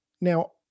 Now